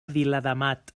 viladamat